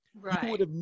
Right